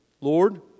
Lord